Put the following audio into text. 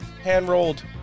hand-rolled